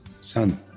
son